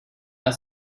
are